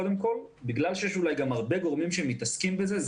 אולי שורש הבעיה הוא שיש הרבה גורמים שמתעסקים בזה.